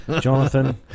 Jonathan